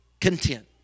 content